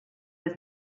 was